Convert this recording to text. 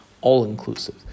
all-inclusive